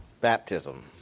baptism